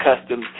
custom